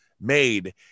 made